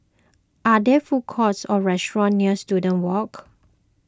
are there food courts or restaurants near Student Walk